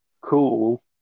cool